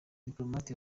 diplomate